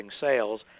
sales